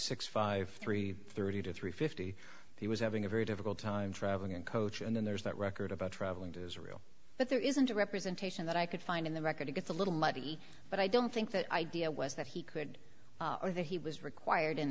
six five three thirty to three fifty he was having a very difficult time travelling in coach and then there's that record about travelling to israel but there isn't a representation that i could find in the record to get the little muddy but i don't think that idea was that he could or that he was required